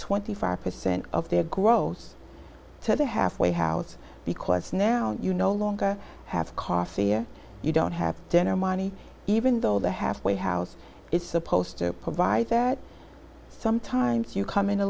twenty five percent of their gross to the halfway house because now you no longer have coffee or you don't have dinner money even though the halfway house is supposed to provide that sometimes you come in a